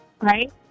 Right